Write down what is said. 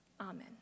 Amen